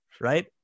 right